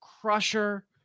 crusher